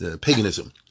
paganism